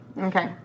Okay